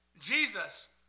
Jesus